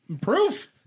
proof